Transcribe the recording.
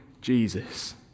Jesus